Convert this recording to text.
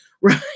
right